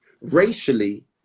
racially